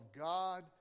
God